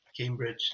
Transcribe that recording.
Cambridge